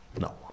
No